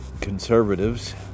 conservatives